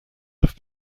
have